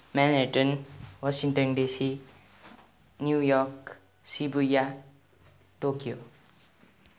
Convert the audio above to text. Manhattan Washington DC New York Shibuya Tokyo